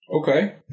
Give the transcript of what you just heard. Okay